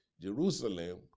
Jerusalem